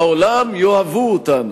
בעולם יאהבו אותנו,